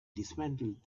dismantled